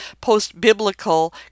post-biblical